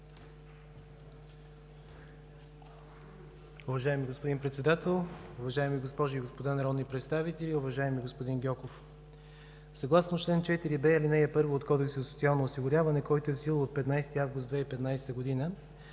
Уважаеми господин Председател, уважаеми госпожи и господа народни представители! Уважаеми господин Гьоков, съгласно чл. 4б, ал. 1 от Кодекса за социално осигуряване в сила от 15 август 2015 г.,